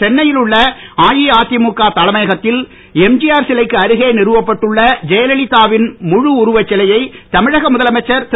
சென்னை யில் உள்ள அஇஅதிமுக தலைமையகத்தில் எம்திஆர் சிலைக்கு அருகே நிறுவப்பட்டுள்ள ஜெயலலிதா வின் முழு உருவச்சிலையை தமிழக திரு